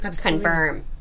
confirm